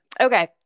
Okay